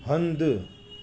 हंधु